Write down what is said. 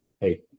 hey